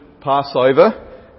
Passover